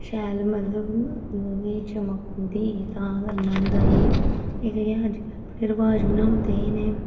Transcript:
शैल मतलब मुहैं गी चमक औंदी तां करना होंदा एह् एह्दे जियां अज्जकल बड़े रवाज़ बनाऊ ओड़दे एह् नेह्